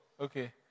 Okay